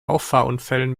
auffahrunfällen